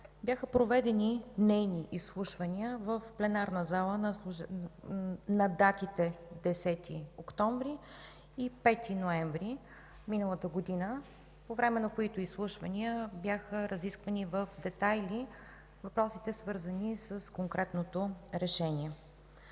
бяха проведени нейни изслушвания в пленарната зала на датите 10 октомври и 5 ноември 2014 г., по време на които бяха разисквани в детайли въпросите, свързани с конкретното решение.